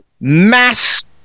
Mass